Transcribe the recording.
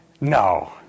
No